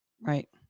right